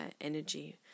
energy